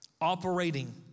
Operating